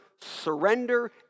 surrender